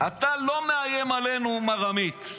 אתה לא מאיים עלינו, מר עמית.